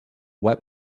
wet